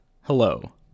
Hello